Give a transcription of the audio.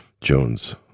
Jones